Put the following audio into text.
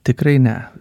tikrai ne